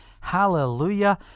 hallelujah